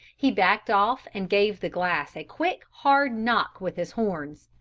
he backed off and gave the glass a quick hard knock with his horns.